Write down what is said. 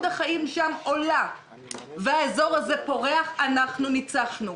החיים שם עולה והאזור הזה פורח אנחנו ניצחנו,